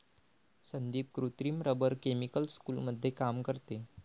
संदीप कृत्रिम rubber chemical स्कूलमध्ये काम करते